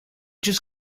just